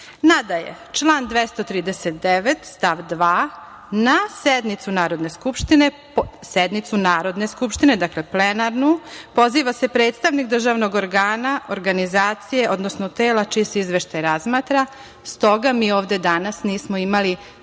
sednicu Narodne skupštine, sednicu Narodne skupštine, dakle plenarnu, poziva se predstavnik državnog organa, organizacije, odnosno tela čiji se izveštaj razmatra. Stoga, mi ovde danas nismo imali